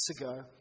ago